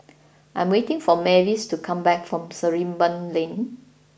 I am waiting for Mavis to come back from Sarimbun Lane